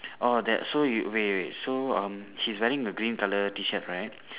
orh that so you wait wait so um she's wearing a green colour T shirt right